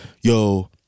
yo